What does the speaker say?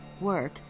Work